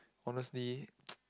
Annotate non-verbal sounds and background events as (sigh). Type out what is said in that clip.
honestly (noise)